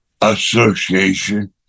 Association